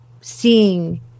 seeing